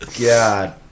God